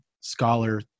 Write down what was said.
scholar